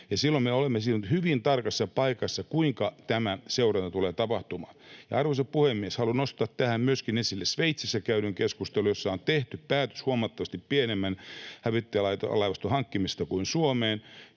Silloin me olemme hyvin tarkassa paikassa siinä, kuinka tämä seuranta tulee tapahtumaan. Arvoisa puhemies! Haluan nostaa tähän myöskin esille Sveitsissä käydyn keskustelun. Siellä on tehty päätös huomattavasti pienemmän hävittäjälaivaston hankkimisesta kuin Suomeen